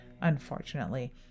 unfortunately